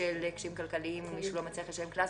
בשל קשיים כלכליים לשלם קנס,